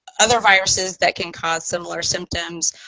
other viruses that can cause similar symptoms